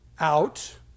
out